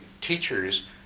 teachers